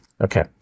Okay